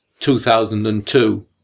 2002